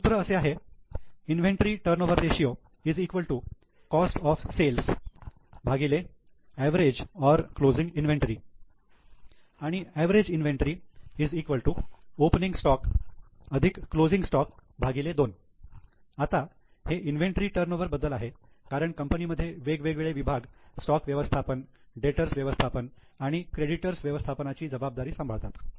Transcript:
cost of sales inventory turnover ratio average और closing inventory जेथे opening stock closing stock average inventory 2 आता हे inventory turnover बद्दल आहे कारण कंपनीमध्ये वेगवेगळे विभाग स्टॉक व्यवस्थापन डेटर्स व्यवस्थापन आणि क्रेडिटर्स व्यवस्थापनाची जबाबदारी सांभाळतात